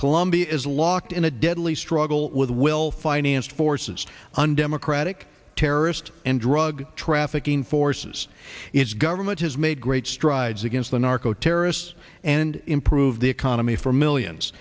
colombia is locked in a deadly struggle with will financed forces undemocratic terrorist and drug trafficking forces its government has made great strides against the narco terrorists and improve the economy for millions